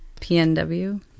PNW